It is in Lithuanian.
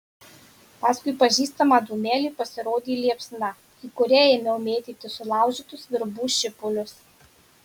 paskui pažįstamą dūmelį pasirodė liepsna į kurią ėmiau mėtyti sulaužytus virbų šipulius